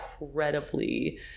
incredibly